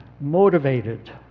motivated